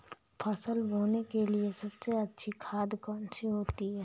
फसल बोने के लिए सबसे अच्छी खाद कौन सी होती है?